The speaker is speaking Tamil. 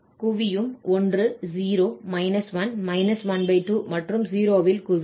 குவியும் 1 0 1 12 மற்றும் 0 ல் குவியும்